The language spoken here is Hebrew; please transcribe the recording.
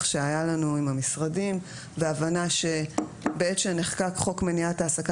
שהיה לנו עם המשרדים והבנה שבעת שנחקק חוק מניעת העסקה